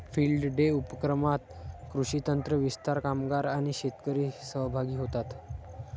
field day उपक्रमात कृषी तज्ञ, विस्तार कामगार आणि शेतकरी सहभागी होतात